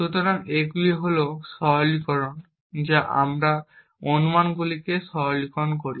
সুতরাং এইগুলি হল সরলীকরণ যা আমরা অনুমানগুলিকে সরলীকরণ করি